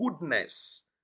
goodness